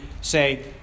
say